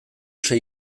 sei